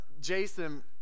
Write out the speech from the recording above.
Jason